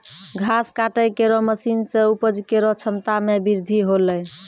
घास काटै केरो मसीन सें उपज केरो क्षमता में बृद्धि हौलै